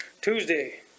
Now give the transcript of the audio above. Tuesday